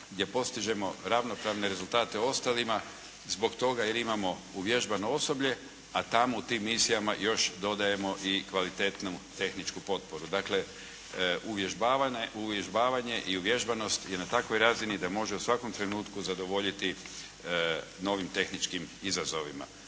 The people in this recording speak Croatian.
gdje postižemo ravnopravne rezultate ostalima zbog toga jer imamo uvježbano osoblje a tamo u tim misijama još dodajemo i kvalitetnu tehničku potporu. Dakle, uvježbavanje i uvježbanost je na takvoj razini da može u svakom trenutku zadovoljiti novim tehničkim izazovima.